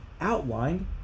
outlined